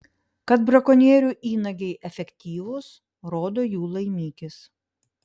kad brakonierių įnagiai efektyvūs rodo jų laimikis